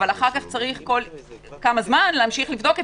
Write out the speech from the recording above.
אבל אחר כך צריך כל כמה זמן להמשיך לבדוק את